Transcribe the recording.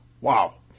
Wow